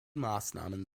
maßnahmen